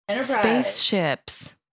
Spaceships